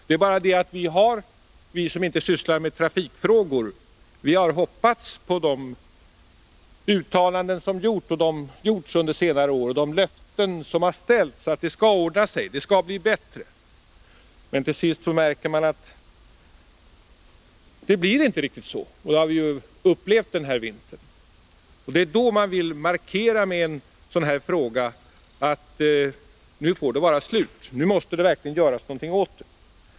Det är bara det att vi som inte sysslat med trafikfrågor har satt vårt hopp till de uttalanden som gjorts under senare år och de löften som ställts ut, att det skall ordna sig, det skall bli bättre. Men till sist märker man att det inte blir riktigt så, och det har vi upplevt den här vintern. Det är då man vill markera, med en sådan här fråga, att nu får det vara slut, nu måste det verkligen göras något åt saken.